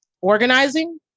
organizing